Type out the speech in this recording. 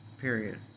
Period